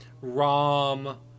rom